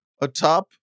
atop